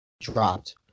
Dropped